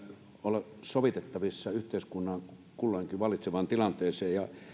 olla sovitettavissa yhteiskunnan kulloinkin vallitsevaan tilanteeseen ja